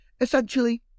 Essentially